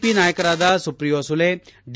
P ನಾಯಕರಾದ Supriya Sule D